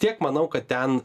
tiek manau kad ten